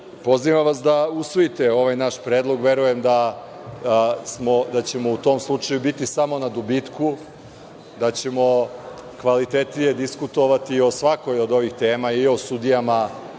odluke. Pozivam vas da usvojite ovaj naš predlog. Verujem da ćemo u tom slučaju biti samo na dobitku, da ćemo kvalitetnije diskutovati o svakoj od ovih tema, i o sudijama